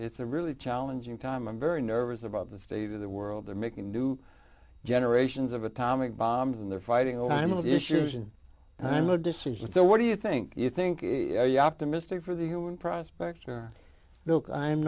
it's a really challenging time i'm very nervous about the state of the world they're making new generations of atomic bombs and they're fighting over animals issues and i'm no decisions so what do you think you think is optimistic for the one prospect or